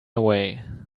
away